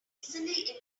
easily